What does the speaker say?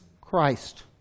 Christ